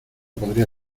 podría